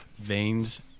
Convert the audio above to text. Veins